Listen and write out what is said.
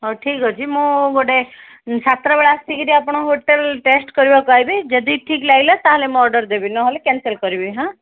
ହଉ ଠିକ୍ ଅଛି ମୁଁ ଗୋଟେ ସାତଟା ବେଳେ ଆସିକିରି ଆପଣଙ୍କ ହୋଟେଲ୍ ଟେଷ୍ଟ୍ କରିବାକୁ ଆସିବି ଯଦି ଠିକ୍ ଲାଗିଲା ତା'ହେଲେ ମୁଁ ଅର୍ଡ଼ର୍ ଦେବି ନହେଲେ କ୍ୟାନ୍ସଲ୍ କରିବି ହାଁ